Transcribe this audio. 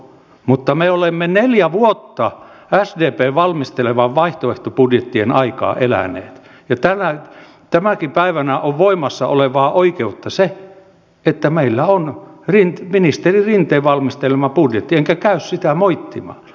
mutta me olemme neljä vuotta sdpn valmistelemien vaihtoehtobudjettien aikaa eläneet ja tänäkin päivänä on voimassa olevaa oikeutta se että meillä on ministeri rinteen valmisteleva budjetti enkä käy sitä moittimaan